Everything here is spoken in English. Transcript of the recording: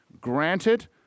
Granted